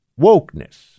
wokeness